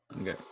okay